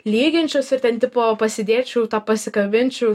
lyginčiausi ir ten tipo pasidėčiau tą pasikabinčiau